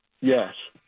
yes